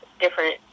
different